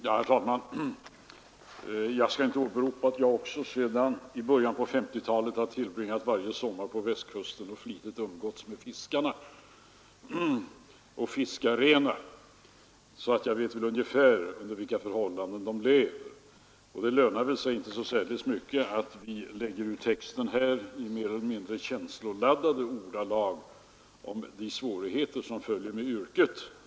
Herr talman! Jag skall inte åberopa att jag också sedan början av 1950-talet har tillbringat varje sommar på Västkusten och flitigt umgåtts med fiskarna, men jag vet ungefär under vilka förhållanden de lever. Det lönar sig väl inte så särdeles mycket att vi i mer eller mindre känsloladdade ordalag lägger ut texten om de svårigheter som följer med yrket.